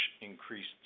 increased